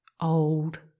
old